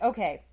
Okay